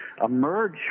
emerge